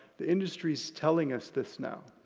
the industry is telling us this now.